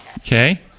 Okay